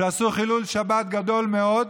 שעשו חילול שבת גדול מאוד,